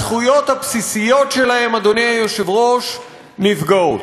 הזכויות הבסיסיות שלהם, אדוני היושב-ראש, נפגעות.